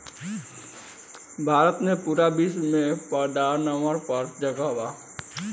भारत के पूरा विश्व में पन्द्रह नंबर पर जगह बा